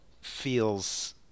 feels